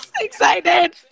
excited